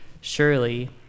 Surely